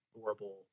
horrible